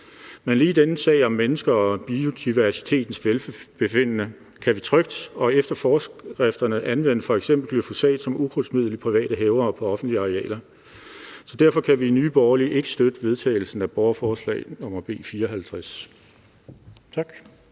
men lige i denne sag om menneskers og biodiversitetens velbefindende kan vi trygt og efter forskrifterne anvende f.eks. glyfosat som ukrudtsmiddel i private haver og på offentlige arealer. Så derfor kan vi i Nye Borgerlige ikke støtte vedtagelsen af borgerforslag nr. B 54. Tak.